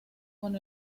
con